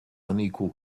unequal